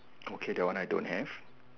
okay that one I don't have